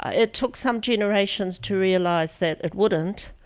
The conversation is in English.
ah it took some generations to realize that it wouldn't,